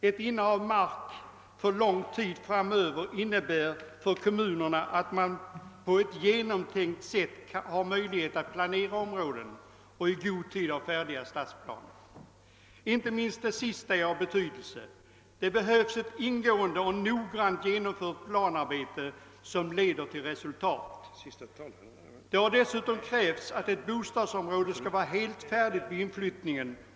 Ett innehav av mark för lång tid framöver innebär för kommunerna att de på ett genomtänkt sätt har möjlighet att planera områdena och i god tid ha färdiga stadsplaner. Inte minst det sista är av betydelse. Det behövs ett ingående och noggrant genomfört planarbete som leder till resultat. Det krävs dessutom att ett bostadsområde skall vara helt färdigt vid inflyttningen.